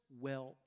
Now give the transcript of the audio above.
wealth